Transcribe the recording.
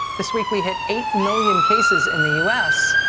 this week we hit eight million cases in the u s,